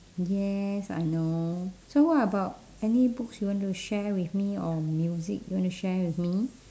yes I know so what about any books you want to share with me or music you want to share with me